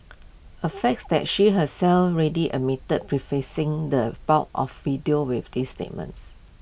A fact that she herself readily admitted prefacing the bulk of video with this statements